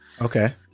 okay